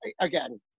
again